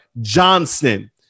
Johnson